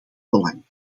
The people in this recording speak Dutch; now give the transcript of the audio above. belang